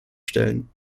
stellen